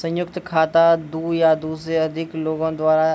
संयुक्त खाता दु या दु से ज्यादे लोगो द्वारा